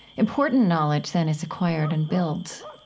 important knowledge, then, is acquired and built